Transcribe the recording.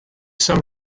some